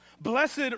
Blessed